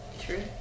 True